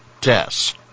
tests